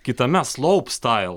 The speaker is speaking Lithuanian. kitame slaup stail